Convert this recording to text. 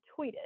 tweeted